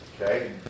Okay